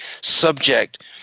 subject